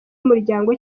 umuryango